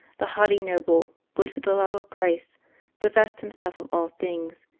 the haughty noble, would for the love of christ divest himself of all things,